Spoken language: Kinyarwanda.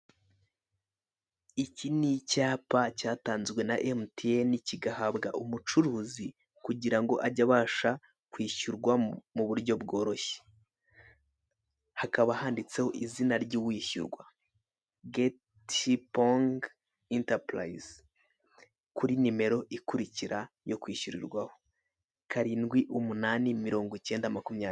Iki ni icyapa cyatanzwe na emutiyeni kigahabwa umucuruzi, kugira ngo ajye abasha kwishyurwa mu buryo bworoshye. Hakaba handitseho izina ry'uwishyurwa, geti pongi intapurayizi, kuri nimero ukurikira yo kwishyurirwaho: karindwi, umunani, mirongo icyenda, makumyabiri.